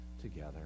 together